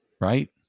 Right